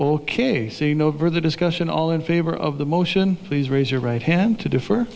ok so you know for the discussion all in favor of the motion please raise your right hand to defer